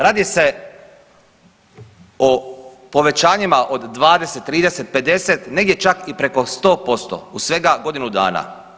Radi se o povećanjima od 20, 30, 50, negdje čak i preko 100% u svega godinu dana.